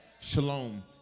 Shalom